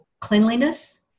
cleanliness